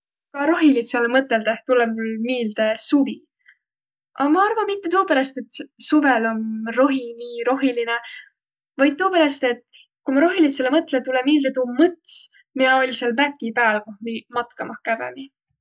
Ka rohilidsõlõ mõtõldõh tulõ mul miilde suvi. A ma arva, mitte tuuperäst, et suvõl om rohi nii rohilinõ, vaid tuuperäst, et ku ma rohilidsõlõ mõtlõ, tulõ miilde tuu mõts, miä oll' sääl mäki pääl, koh miiq matkamah kävemi.